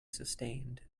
sustained